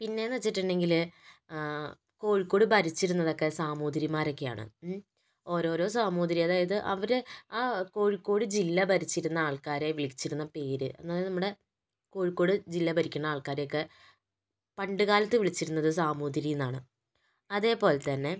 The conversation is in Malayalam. പിന്നെന്ന് വെച്ചിട്ടുണ്ടെങ്കില് കോഴിക്കോട് ഭരിച്ചിരുന്നതൊക്കെ സാമൂതിരിമാരൊക്കെയാണ് മ് ഓരോരോ സാമൂതിരി അതായത് അവര് ആ കോഴിക്കോട് ജില്ല ഭരിച്ചിരുന്ന ആൾക്കാരെ വിളിച്ചിരുന്ന പേര് അതായത് നമ്മുടെ കോഴിക്കോട് ജില്ല ഭരിക്കുന്ന ആൾക്കാരെയൊക്കെ പണ്ട് കാലത്ത് വിളിച്ചിരുന്നത് സാമുതിരി എന്നാണ് അതേപോലെ തന്നെ